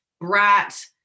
brat